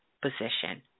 position